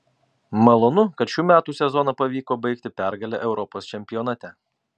malonu kad šių metų sezoną pavyko baigti pergale europos čempionate